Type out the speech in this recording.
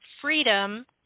freedom